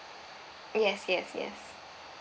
yes yes yes